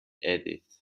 edith